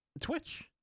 Twitch